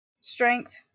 Strength